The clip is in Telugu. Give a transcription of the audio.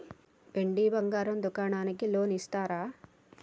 వెండి బంగారం దుకాణానికి లోన్ ఇస్తారా?